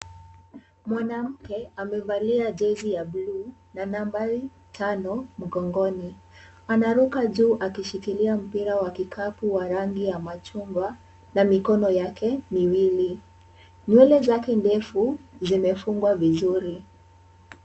Mwanamke amevalia jezi ya bluu na nambari tano mgongoni. Anaruka juu akishikilia mpira wa kikapu wa rangi ya machungwa na mikono yake miwili. Nywele zake ndefu zimefungwa vizuri.